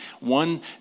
One